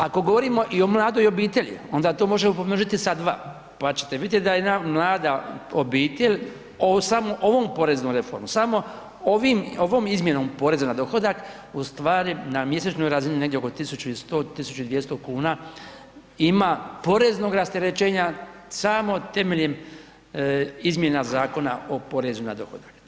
Ako govorimo i o mladoj obitelji onda to možemo pomnožiti sa 2 pa ćete vidjeti da jedna mlada obitelj samo ovom poreznom reformom, samo ovom izmjenom poreza na dohodak ustvari na mjesečnoj razini negdje oko 1100, 1200 kuna ima poreznog rasterećenja samo temeljem izmjena Zakona o porezu na dohodak.